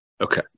Okay